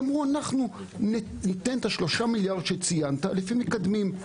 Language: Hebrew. אמרו ניתן את 3 המיליארד שציינת לפי מקדמים.